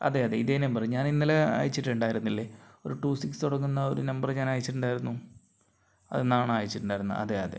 അതേ അതേ ഇതേ നമ്പർ ഇന്നലെ അയിച്ചിട്ടുണ്ടായിരുന്നില്ലേ ഒരു ടു സിക്സ് തുടങ്ങുന്ന ഒരു നമ്പർ ഞാനയിച്ചിട്ടുണ്ടായിരുന്നു അതിൽ നിന്നാണ് അയച്ചിട്ടുണ്ടായിരുന്നത് അതേ അതേ